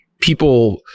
People